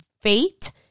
fate